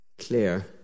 clear